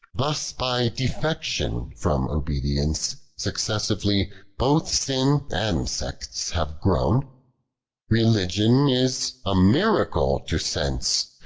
thus by defection from obedience. successively both sin and sects have grown lieligion is a miracle to senco,